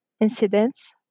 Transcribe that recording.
incidents